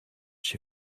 się